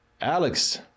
Alex